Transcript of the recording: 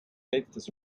letztes